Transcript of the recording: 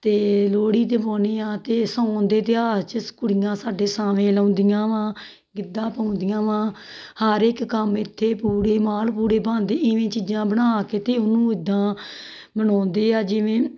ਅਤੇ ਲੋਹੜੀ 'ਤੇ ਪਾਉਂਦੇ ਹਾਂ ਅਤੇ ਸਾਉਣ ਦੇ ਤਿਉਹਾਰ 'ਚ ਕੁੜੀਆਂ ਸਾਡੇ ਸਾਵੇਂ ਲਾਉਂਦੀਆਂ ਵਾ ਗਿੱਧਾਂ ਪਾਉਂਦੀਆਂ ਵਾ ਹਰ ਇੱਕ ਕੰਮ ਇੱਥੇ ਪੂੜੇ ਮਾਲ ਪੂੜੇ ਬਣਦੇ ਇਵੇਂ ਚੀਜ਼ਾਂ ਬਣਾ ਕੇ ਅਤੇ ਉਹਨੂੰ ਇੱਦਾਂ ਮਨਾਉਂਦੇ ਹਾਂ ਜਿਵੇਂ